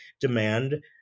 demand